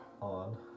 on